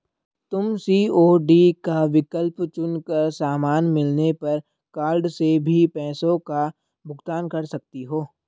तुम सी.ओ.डी का विकल्प चुन कर सामान मिलने पर कार्ड से भी पैसों का भुगतान कर सकती हो